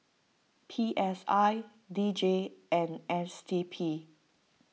P S I D J and S D P